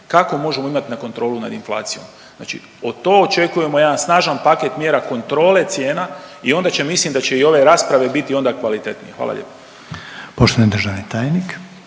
Kako možemo imati na kontrolu nad inflacijom? Znači to očekujemo jedan snažan paket mjera kontrole cijena i ona će mislim da će i ove rasprave biti onda kvalitetnije. Hvala lijepo.